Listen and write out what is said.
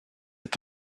est